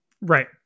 Right